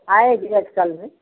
आएँगे एक साल में